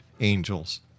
angels